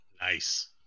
Nice